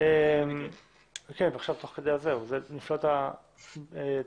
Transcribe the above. תוך כדי הדיון.